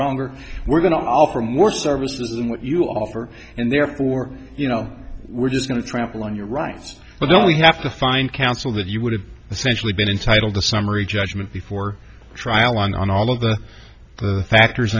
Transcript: stronger we're going to offer more services than what you offer and therefore you know we're just going to trample on your rights but they only have to find counsel that you would have essentially been entitled to summary judgment before trial on all of the factors